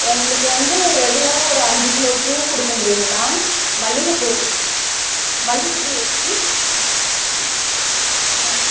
எங்களுக்கு வந்து ரெகுலராக ஒரு அஞ்சு கிலோ பூ கொடுக்க முடியுங்களா மல்லிகை பூங்க மல்லிகை பூ ம் ஆமாம்